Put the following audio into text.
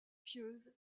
pieuse